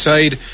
Side